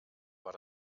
war